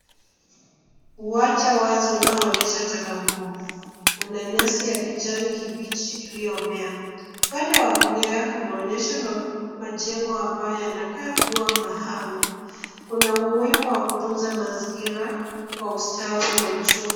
Uwanja wazi unaoonyesha taka ngumu. Kuna nyasi ya kijani kibichi iliyomea. Upande wa kulia unaonyesha majengo mbayo yanakaa kuwa mahame. Kuna umuhimu wa kutunza mazingira kwa ustawi na uchumi.